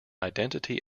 identity